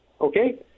Okay